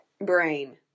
brain